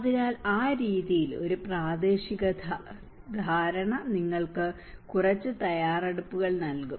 അതിനാൽ ആ രീതിയിൽ ഒരു പ്രാദേശിക തല ധാരണ നിങ്ങൾക്ക് കുറച്ച് തയ്യാറെടുപ്പുകൾ നൽകും